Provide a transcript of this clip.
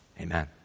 Amen